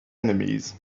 enemies